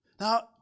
Now